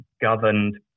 governed